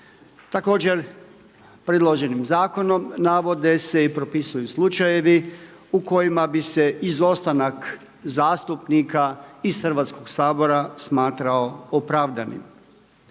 Također, predloženim zakonom navode se i propisuju slučajevi u kojima bi se izostanak zastupnika iz Hrvatskog sabora smatrao opravdanim.